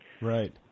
Right